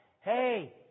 Hey